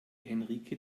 henrike